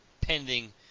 pending